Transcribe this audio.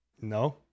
No